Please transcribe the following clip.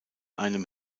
einem